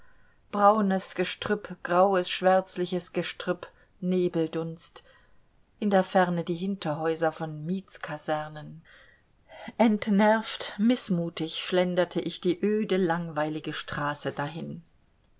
braunes gestrüpp graues schwärzliches gestrüpp nebeldunst in der ferne die hinterhäuser von mietskasernen entnervt mißmutig schlenderte ich die öde langweilige straße dahin